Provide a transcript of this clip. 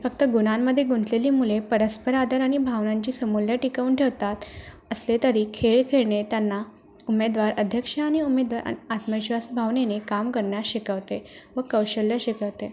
फक्त गुणांमध्ये गुंतलेली मुले परस्पर आदर आणि भावनांची समूल्य टिकवून ठेवतात असले तरी खेळ खेळणे त्यांना उमेदवार अध्यक्ष आणि उमेदवार आणि आत्मविश्वास भावनेने काम करण्यास शिकवते व कौशल्य शिकवते